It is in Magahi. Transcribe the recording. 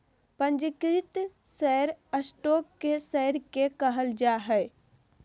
पंजीकृत शेयर स्टॉक के शेयर के कहल जा हइ